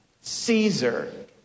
Caesar